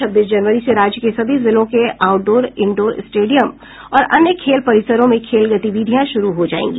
छब्बीस जनवरी से राज्य के सभी जिलों के आउट डोर इनडोर स्टेडियम और अन्य खेल परिसरों में खेल गतिविधियां शुरू हो जायेंगी